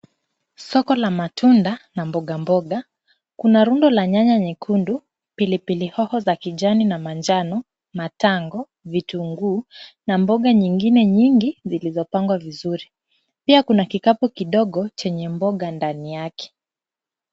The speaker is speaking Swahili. Soko la matunda na mbogamboga, kuna rundo la nyanya nyekundu, pilipili hoho za kijani na manjano, matango, vitunguu na mboga nyingine nyingi zilizopangwa vizuri. Pia kuna kikapu kidogo chenye mboga ndani yake.